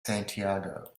santiago